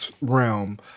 realm